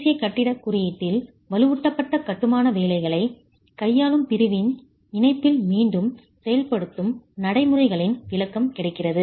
தேசிய கட்டிடக் குறியீட்டில் வலுவூட்டப்பட்ட கட்டுமான வேலைகளைக் கையாளும் பிரிவின் இணைப்பில் மீண்டும் செயல்படுத்தும் நடைமுறைகளின் விளக்கம் கிடைக்கிறது